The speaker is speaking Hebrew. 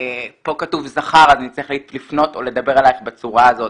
פה כתוב זכר אז נצטרך לפנות או לדבר אלייך בצורה הזאת.